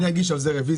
אני אגיש על זה רביזיה,